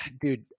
Dude